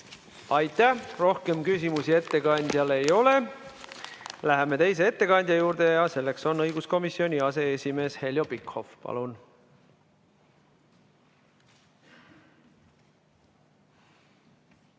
Aitäh! Rohkem küsimusi ettekandjale ei ole. Läheme teise ettekandja juurde ja see on õiguskomisjoni aseesimees Heljo Pikhof. Palun!